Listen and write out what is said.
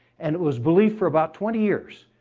and it was belief for about twenty years.